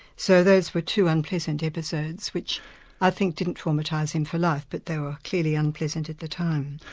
so those were two unpleasant episodes which i think didn't traumatise him for life, but they were clearly unpleasant at the time.